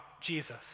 Jesus